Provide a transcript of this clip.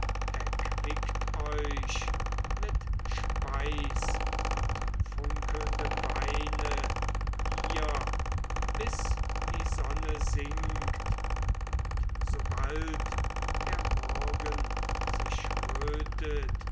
erquickt euch mit speis und funkelndem weine hier bis die sonne sinkt und sobald der morgen sich